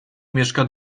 mieszka